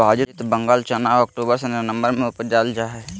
विभाजित बंगाल चना अक्टूबर से ननम्बर में उपजाल जा हइ